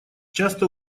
часто